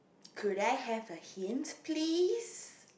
could I have a hint please